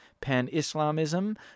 pan-Islamism